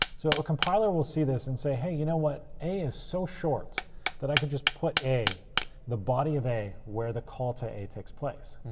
so a compiler will see this and say, hey, you know what, a is so short that i can just put the body of a where the call to a takes place.